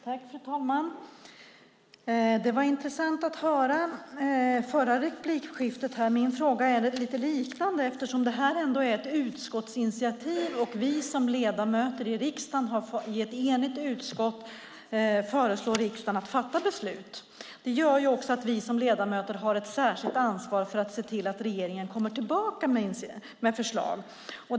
Fru talman! Det var intressant att höra förra replikskiftet. Min fråga är något liknande. Detta är ändå ett utskottsinitiativ. Vi har som ledamöter i riksdagen i ett enigt utskott föreslagit riksdagen att fatta ett beslut. Det gör också att vi som ledamöter har ett särskilt ansvar att se till att regeringen kommer tillbaka med förslag.